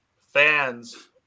fans